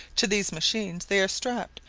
to these machines they are strapped,